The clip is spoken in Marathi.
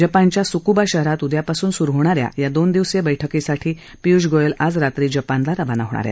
जपानच्या सुकुबा शहरात उद्या पासून सुरु होणाऱ्या या दोन दिवसीय बैठकीसाठी पियुष गोयल आज रात्री जपानला रवाना होणार आहेत